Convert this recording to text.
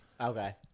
Okay